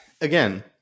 again